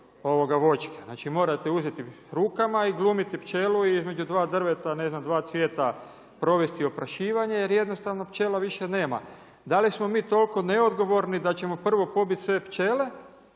rukama voćke. Znači morate uzeti rukama i glumiti pčelu i između dva drveta ne znam dva cvijeta provesti oprašivanje jer jednostavno pčela više nema. Da li smo mi toliko neodgovorni da ćemo prvo pobiti sve pčele